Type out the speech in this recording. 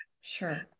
Sure